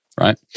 right